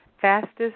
fastest